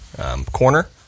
corner